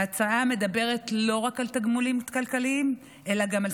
ההצעה מדברת לא רק על תגמולים כלכליים אלא גם על